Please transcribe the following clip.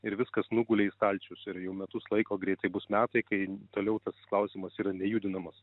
ir viskas nugulė į stalčius ir jau metus laiko greitai bus metai kai toliau tas klausimas yra nejudinamas